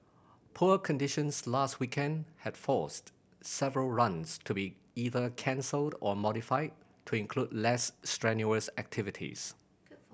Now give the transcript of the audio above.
poor conditions last weekend had forced several runs to be either cancelled or modified to include less strenuous activities